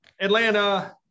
Atlanta